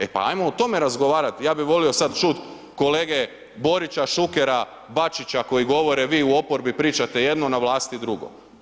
E pa ajmo o tome razgovarati, ja bih volio sada čuti kolege Borića, Šukera, Bačića koji govore vi u oporbi pričate jedno, na vlasti drugo.